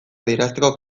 adierazteko